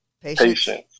Patience